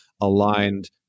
aligned